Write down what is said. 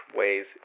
ways